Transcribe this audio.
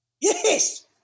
Yes